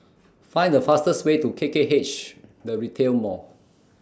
Find The fastest Way to K K H The Retail Mall